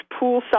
poolside